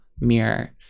mirror